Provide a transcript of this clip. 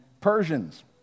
Persians